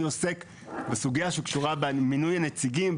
אני עוסק בסוגייה שקשורה במינוי הנציגים.